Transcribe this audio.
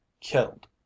Killed